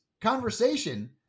conversation